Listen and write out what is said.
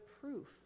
proof